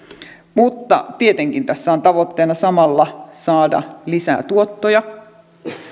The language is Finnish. mutta tietenkin tässä on tavoitteena samalla saada lisää tuottoja